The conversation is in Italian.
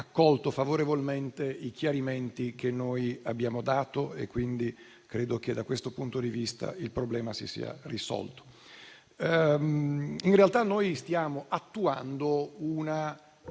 accolto favorevolmente i chiarimenti che noi abbiamo dato, quindi credo che da questo punto di vista il problema si sia risolto. In realtà noi stiamo attuando una